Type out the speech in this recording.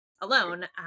alone